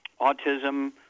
autism